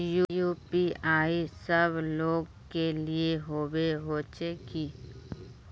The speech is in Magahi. यु.पी.आई सब लोग के लिए होबे होचे की?